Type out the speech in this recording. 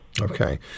okay